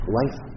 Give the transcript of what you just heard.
life